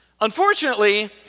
Unfortunately